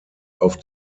auf